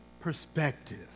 perspective